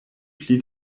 pli